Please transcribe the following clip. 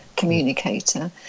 Communicator